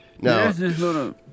No